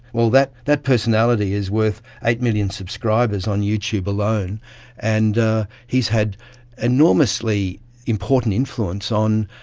well, that that personality is worth eight million subscribers on youtube alone and he has had enormously important influence on,